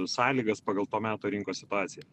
sąlygas pagal to meto rinkos situaciją